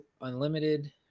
Unlimited